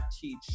teach